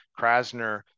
Krasner